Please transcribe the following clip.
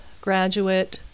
graduate